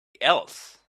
else